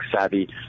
savvy